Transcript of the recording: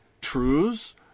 truths